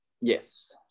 Yes